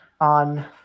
on